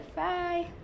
Bye